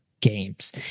Games